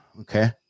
okay